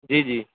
جی جی